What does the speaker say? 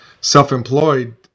self-employed